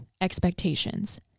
expectations